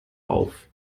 auf